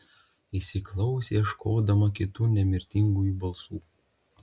įsiklausė ieškodama kitų nemirtingųjų balsų